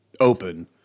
open